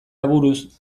aburuz